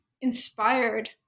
inspired